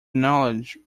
knowledge